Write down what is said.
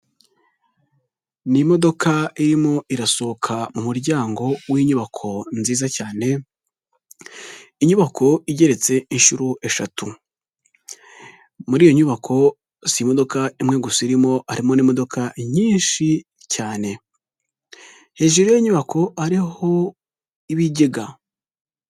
Ni imodoka irimo irasohoka mu muryango w'inyubako nziza cyane, inyubako igeretse inshuro eshatu, muri iyo nyubako si imodoka imwe gusa irimo, harimo n'imodoka nyinshi cyane, hejuru y'iyo nyubako hariho ibigega.